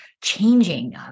changing